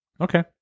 okay